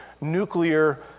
nuclear